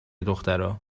دخترها